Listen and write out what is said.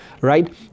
right